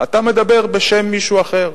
אתה מדבר בשם מישהו אחר.